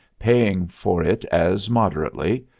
paying for it as moderately,